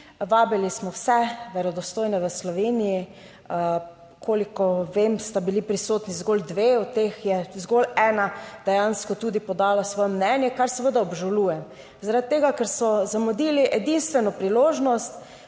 Vabili smo vse verodostojne v Sloveniji. Kolikor vem, sta bili prisotni zgolj dve, od teh je zgolj ena dejansko tudi podala svoje mnenje, kar seveda obžalujem. Zaradi tega, ker so zamudili edinstveno priložnost,